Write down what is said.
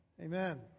Amen